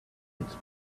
its